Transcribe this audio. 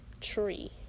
tree